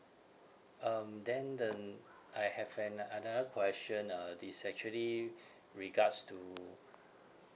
um then then I have an uh another question uh this actually regards to